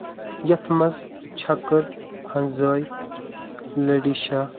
یَتھ منٛز چھکٕر ہنٛزٲے لٔڈیٖشا